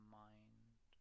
mind